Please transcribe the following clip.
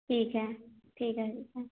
ठीक है ठीक है